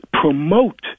promote